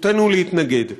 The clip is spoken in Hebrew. זכותנו להתנגד.